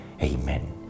Amen